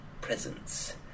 presence